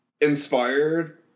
inspired